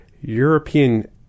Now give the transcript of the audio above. European